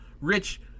rich